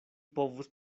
povus